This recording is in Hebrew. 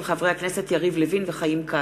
של חברי הכנסת יריב לוין וחיים כץ,